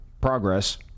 progress